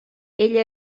ella